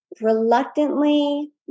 reluctantly